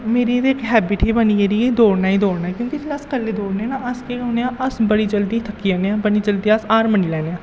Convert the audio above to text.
मेरी ते इक हैबिट ही बनी गेदी कि दौड़ना गै दौड़ना ऐ क्योंकि जिसलै अस कल्ले दौड़नें ना अस केह् दौड़ने आं अस बड़ी जल्दी थक्की जन्ने आं बड़ी जल्दी अस हार मन्नी लैन्ने आं